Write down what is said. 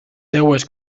seves